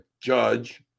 judge